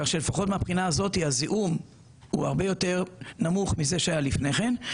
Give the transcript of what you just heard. כך שלפחות מהבחינה הזו הזיהום הוא הרבה יותר נמוך מזה שהיה לפני כן.